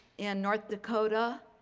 in north dakota,